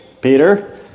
Peter